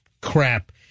crap